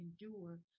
endure